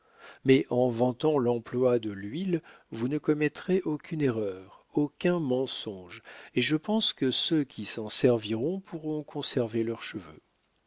mais en vantant l'emploi de l'huile vous ne commettrez aucune erreur aucun mensonge et je pense que ceux qui s'en serviront pourront conserver leurs cheveux